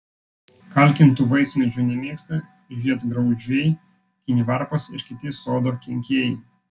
kalkintų vaismedžių nemėgsta žiedgraužiai kinivarpos ir kiti sodo kenkėjai